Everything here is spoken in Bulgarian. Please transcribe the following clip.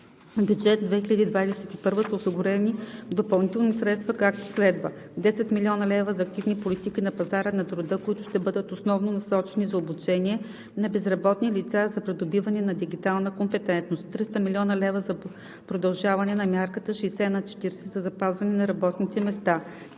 бюджет 2021 са осигурени допълнителни средства, както следва: - 10,0 млн. лв. за активни политики на пазара на труда, които ще бъдат основно насочени за обучение на безработни лица за придобиване на „Дигитална компетентност“; - 300,0 млн. лв. за продължаване на мярката „60/40“ за запазване на работните места;